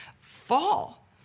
fall